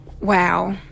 Wow